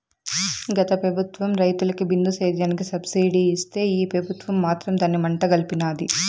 గత పెబుత్వం రైతులకి బిందు సేద్యానికి సబ్సిడీ ఇస్తే ఈ పెబుత్వం మాత్రం దాన్ని మంట గల్పినాది